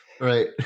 Right